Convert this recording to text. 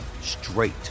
straight